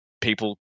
people